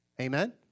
Amen